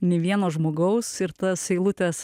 nei vieno žmogaus ir tas eilutes